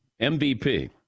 MVP